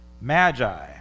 Magi